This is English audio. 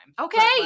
Okay